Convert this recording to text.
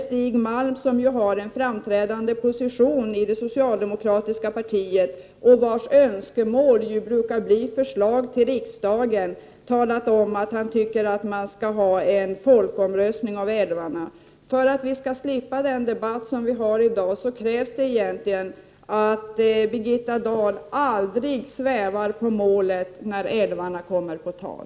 Stig Malm, som ju har en framträdande position i det socialdemokratiska partiet och vars önskemål brukar bli förslag till riksdagen, har talat om att han tycker att man skall ha en folkomröstning om älvarna. För att vi skall slippa en upprepning av debatten i dag krävs egentligen att Birgitta Dahl aldrig svävar på målet när älvarna kommer på tal.